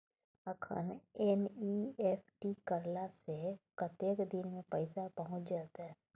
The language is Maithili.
अखन एन.ई.एफ.टी करला से कतेक दिन में पैसा पहुँच जेतै?